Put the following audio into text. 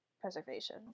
preservation